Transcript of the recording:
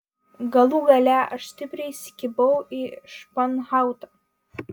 galų gale aš stipriai įsikibau į španhautą